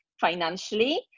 financially